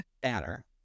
better